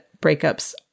breakups